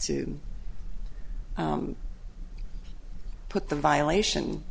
to put the violation